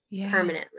permanently